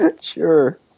Sure